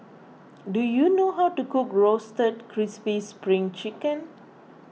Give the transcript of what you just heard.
do you know how to cook Roasted Crispy Spring Chicken